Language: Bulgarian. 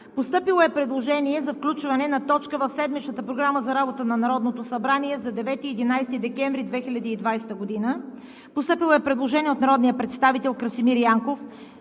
Постъпило е предложение за включване на точка в седмичната Програма за работата на Народното събрание за 9 – 11 декември 2020 г. Постъпило е предложение от народния представител Красимир Янков,